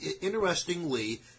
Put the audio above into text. interestingly